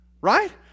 Right